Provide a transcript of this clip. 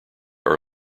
are